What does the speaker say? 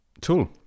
tool